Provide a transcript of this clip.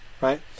right